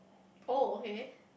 oh okay